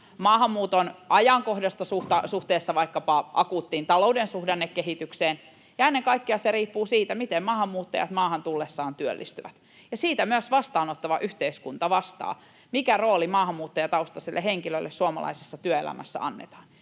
maahanmuuton ajankohdasta suhteessa vaikkapa akuuttiin talouden suhdannekehitykseen. Ennen kaikkea se riippuu siitä, miten maahanmuuttajat maahan tullessaan työllistyvät, ja siitä myös vastaanottava yhteiskunta vastaa: mikä rooli maahanmuuttajataustaiselle henkilölle suomalaisessa työelämässä annetaan?